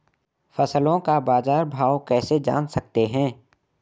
फसलों का बाज़ार भाव कैसे जान सकते हैं?